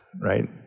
right